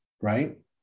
right